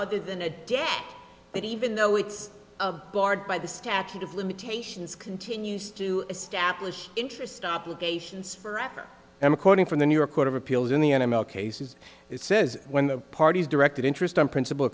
other than a debt that even though it's a board by the statute of limitations continues to establish interest obligations forever and according from the new york court of appeals in the animal cases it says when the parties direct interest on principle